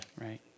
right